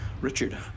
Richard